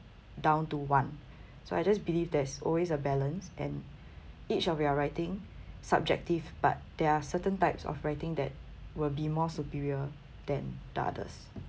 down to one so I just believe there's always a balance and each of your writing subjective but there are certain types of writing that will be more superior than the others